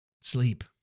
sleep